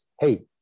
hey